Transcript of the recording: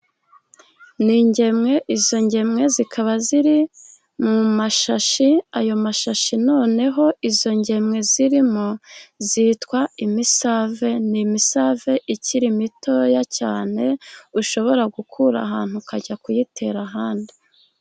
Ni ingemwe. Izo ngemwe zikaba ziri mu mashashi. Ayo mashashi noneho izo ngemwe zirimo, zitwa imisave. Ni imisave ikiri mitoya cyane, ushobora gukura ahantu ukajya kuyitera ahandi.